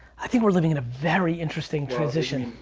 i think we're living in a very interesting transition.